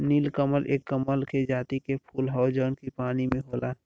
नीलकमल एक कमल के जाति के फूल हौ जौन की पानी में होला